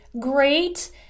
great